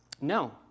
No